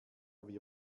wir